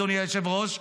אדוני היושב-ראש,